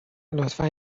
لطفا